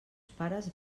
pares